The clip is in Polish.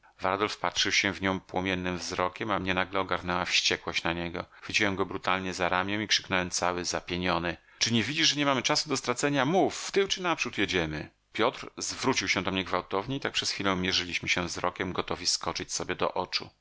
pożądania varadol wpatrzył się w nią płomiennym wzrokiem a mnie nagle ogarnęła wściekłość na niego chwyciłem go brutalnie za ramię i krzyknąłem cały zapieniony czy nie widzisz że nie mamy czasu do stracenia mów w tył czy naprzód jedziemy piotr zwrócił się do mnie gwałtownie i tak przez chwilę mierzyliśmy się wzrokiem gotowi skoczyć sobie do oczu